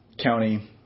county